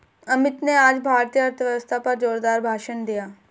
अमित ने आज भारतीय अर्थव्यवस्था पर जोरदार भाषण दिया